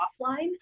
offline